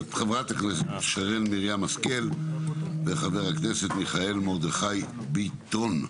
חברת הכנסת שרן מרים השכל וחבר הכנסת מיכאל מרדכי ביטון.